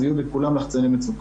אז יהיה בכולם לחצני מצוקה.